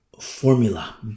formula